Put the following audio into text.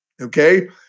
okay